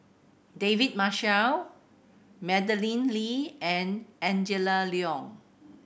David Marshall Madeleine Lee and Angela Liong